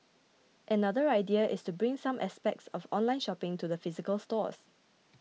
another idea is to bring some aspects of online shopping to the physical stores